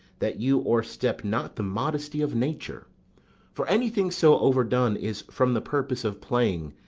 that you o'erstep not the modesty of nature for anything so overdone is from the purpose of playing,